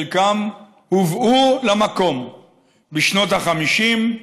חלקם הובאו למקום בשנות ה-50,